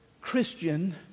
Christian